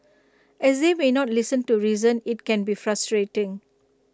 as they may not listen to reason IT can be frustrating